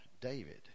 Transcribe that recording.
David